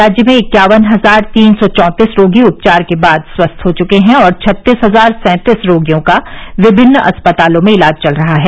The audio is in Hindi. राज्य में इक्यावन हजार तीन सौ चौंतीस रोगी उपचार के बाद स्वस्थ हो चुके हैं और छत्तीस हजार सैंतीस रोगियों का विभिन्न अस्पतालों में इलाज चल रहा है